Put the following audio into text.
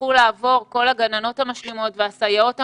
יצטרכו לעבור כל הגננות והסייעות המשלימות?